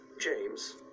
James